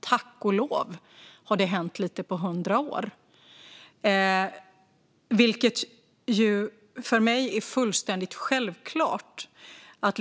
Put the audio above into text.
Tack och lov har det hänt lite på hundra år, vilket för mig är fullständigt självklart.